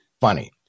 funny